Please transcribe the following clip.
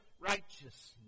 righteousness